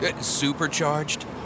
Supercharged